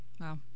wow